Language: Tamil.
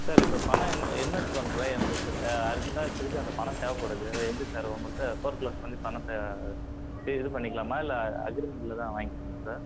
சார் இப்போ பணம் இன் இன்வெஸ்ட் பண்ணுறோம் எனக்கு இப்போ தே அர்ஜெண்டாக திருப்பியும் அந்த பணம் தேவைப்படுது அதை எப்படி சார் உங்கள்கிட்ட ஃபோர் குளோஸ் பண்ணி பணத்தை இப்பேயே இது பண்ணிக்கலாமா இல்லை அக்ரிமெண்ட்டில் தான் வாங்கிப்பீங்களா சார்